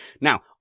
Now